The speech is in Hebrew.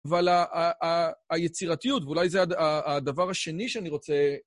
אבל היצירתיות, ואולי זה הדבר השני שאני רוצה...